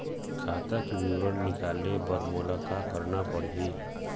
खाता के विवरण निकाले बर मोला का करना पड़ही?